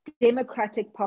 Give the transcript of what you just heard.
democratic